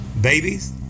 babies